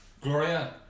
Gloria